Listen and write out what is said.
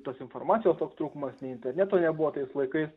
tos informacijos toks trūkumas nei interneto nebuvo tais laikais